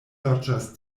loĝas